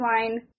line